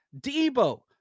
Debo